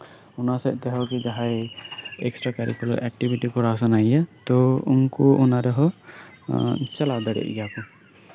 ᱚᱱᱟ ᱥᱮᱫᱛᱮ ᱦᱚᱸ ᱡᱟᱸᱦᱟᱭ ᱮᱠᱴᱮᱨᱟ ᱠᱟᱨᱤᱠᱩᱞᱟᱨ ᱮᱠᱴᱤᱵᱷᱮᱴᱤ ᱠᱚᱨᱟᱣ ᱥᱟᱱᱟᱭᱮᱭᱟ ᱛᱚ ᱩᱱᱤ ᱚᱱᱟ ᱨᱮᱦᱚᱸ ᱪᱟᱞᱟᱣ ᱫᱟᱲᱮᱭᱟᱜ ᱜᱮᱭᱟ ᱠᱚ